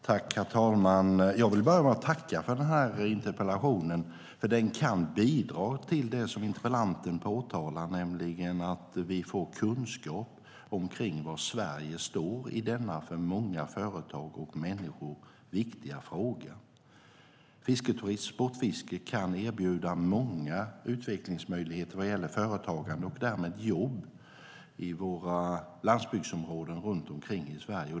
Herr talman! Jag vill börja med att tacka för interpellationen. Den kan bidra till det som interpellanten efterfrågar, nämligen att ge kunskap om var Sverige står i denna för många företag och människor viktiga fråga. Fisketurism och sportfiske kan erbjuda många utvecklingsmöjligheter vad gäller företagande och därmed jobb i våra landsbygdsområden runt omkring i Sverige.